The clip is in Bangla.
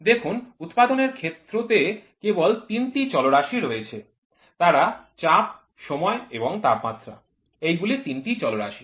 দেখুন উৎপাদনের ক্ষেত্র তে কেবল তিনটি চলরাশি রয়েছে তারা চাপ সময় এবং তাপমাত্রা এগুলি তিনটি চলরাশি